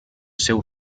seu